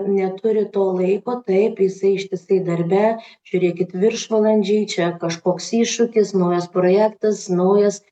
neturi to laiko taip jisai ištisai darbe žiūrėkit viršvalandžiai čia kažkoks iššūkis naujas projektas naujas